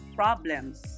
problems